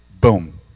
Boom